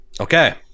okay